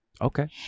Okay